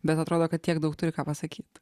bet atrodo kad tiek daug turi ką pasakyt